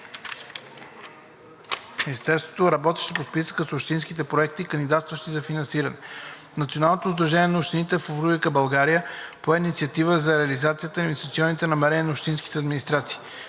Министерството, работеща по списъка с общински проекти, кандидатстващи за финансиране. Националното сдружение на общините в Република България пое инициатива за реализацията на инвестиционни намерения на общинските администрации.